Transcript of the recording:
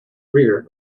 rear